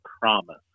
promise